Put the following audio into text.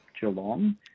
Geelong